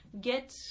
get